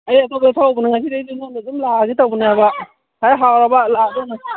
ꯑꯩ ꯑꯇꯣꯞꯄꯗ ꯊꯛꯂꯨꯕꯅꯤ ꯉꯁꯤꯗꯩꯗꯤ ꯅꯪꯉꯣꯟꯗ ꯑꯗꯨꯝ ꯂꯥꯛꯑꯒꯦ ꯇꯧꯕꯅꯦꯕ ꯈꯔ ꯍꯥꯎꯔꯕ ꯂꯥꯛꯑꯗꯧꯅꯦ